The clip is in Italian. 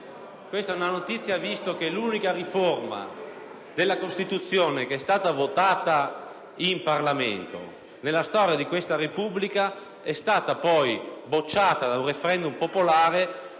dal Gruppo PD)*, visto che l'unica riforma della Costituzione che è stata votata in Parlamento nella storia di questa Repubblica è stata poi bocciata da un *referendum* popolare